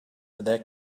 their